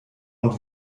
und